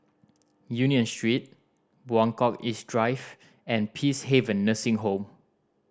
Union Street Buangkok East Drive and Peacehaven Nursing Home